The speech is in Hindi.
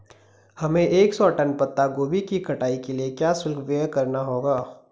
हमें एक सौ टन पत्ता गोभी की कटाई के लिए क्या शुल्क व्यय करना होगा?